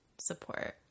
support